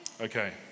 okay